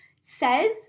says